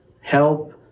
Help